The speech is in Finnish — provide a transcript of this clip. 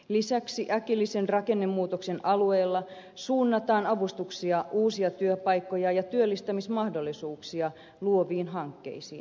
lisäksi äkillisen rakennemuutoksen alueella suunnataan avustuksia uusia työpaikkoja ja työllistämismahdollisuuksia luoviin hankkeisiin